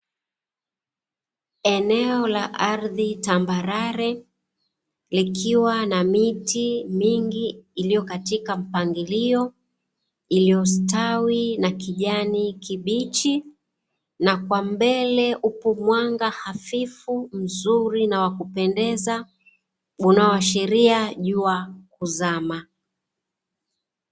Eneo la ardhi tambarare likiwa na miti mingi ilio katika mpangilio, iliostawi na kijani kibichi na kwa mbele upo mwanga hafifu mzuri na wakupendeza unaoashiria jua kuzama.